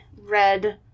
red